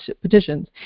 petitions